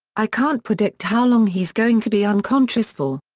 i can't predict how long he's going to be unconscious for.